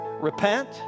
repent